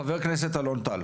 חבר הכנסת, אלון טל.